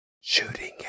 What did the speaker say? Shooting